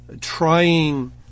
trying